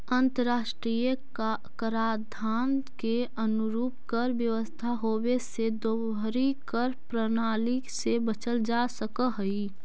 अंतर्राष्ट्रीय कराधान के अनुरूप कर व्यवस्था होवे से दोहरी कर प्रणाली से बचल जा सकऽ हई